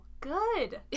Good